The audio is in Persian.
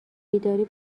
بیداری